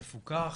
מפוקח,